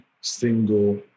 single